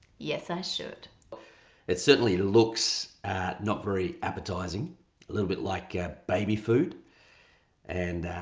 yes i should! it certainly looks not very appetizing a little bit like baby food and